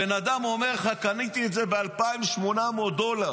הבן אדם אומר לך קניתי את זה ב-2,800 דולר.